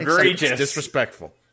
Disrespectful